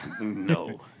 No